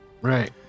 Right